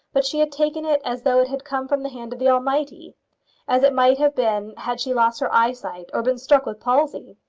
but she had taken it as though it had come from the hand of the almighty as it might have been had she lost her eyesight, or been struck with palsy.